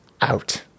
out